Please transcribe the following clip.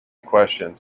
questions